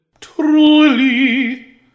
Truly